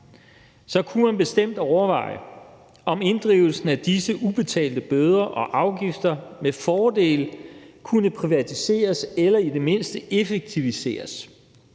kunne man bestemt overveje, om inddrivelsen af disse ubetalte bøder og afgifter med fordel kunne privatiseres eller i det mindste effektiviseres.